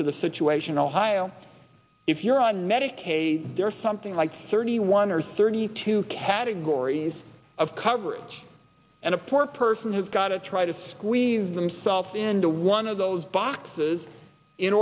to the situation ohio if you're on medicaid or something like thirty one or thirty two categories of coverage and a poor person who's got to try to squeeze themselves into one of those boxes in